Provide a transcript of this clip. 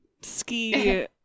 ski